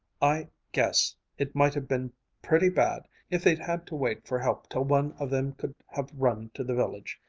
i guess it might have been pretty bad if they'd had to wait for help till one of them could have run to the village.